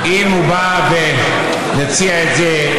אם הוא בא ומציע את זה,